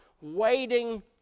waiting